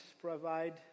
provide